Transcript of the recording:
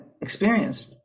experience